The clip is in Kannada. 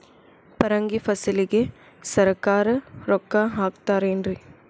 ಪರಂಗಿ ಫಸಲಿಗೆ ಸರಕಾರ ರೊಕ್ಕ ಹಾಕತಾರ ಏನ್ರಿ?